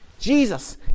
Jesus